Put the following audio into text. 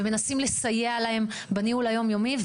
ומנסים לסייע להן בניהול היום-יומי.